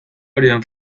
horien